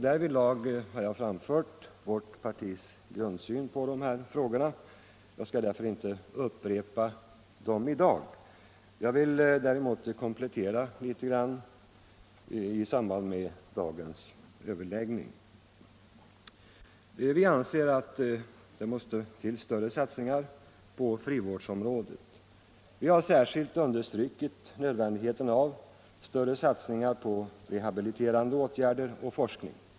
Därvidlag har jag framfört vårt partis grundsyn på de här frågorna och jag skall därför inte upprepa dem i dag. Jag vill däremot komplettera litet grand i samband med dagens överläggning. Vi anser att det måste till större satsningar på frivårdsområdet. Vi har särskilt understrukit nödvändigheten av större satsningar på rehabiliterande åtgärder och forskning.